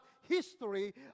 history